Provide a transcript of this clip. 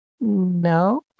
no